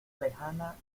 lejana